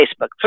Facebook